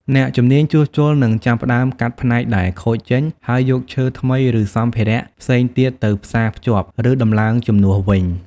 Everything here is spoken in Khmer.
អ្នកជំនាញជួសជុលនឹងចាប់ផ្ដើមកាត់ផ្នែកដែលខូចចេញ ហើយយកឈើថ្មី ឬសម្ភារៈផ្សេងទៀតទៅផ្សាភ្ជាប់ ឬដំឡើងជំនួសវិញ។